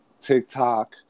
TikTok